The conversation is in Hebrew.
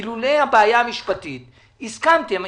אילולא הבעיה המשפטית הסכמתם.